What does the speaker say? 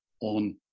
on